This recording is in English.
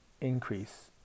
increase